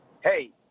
hey